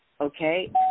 okay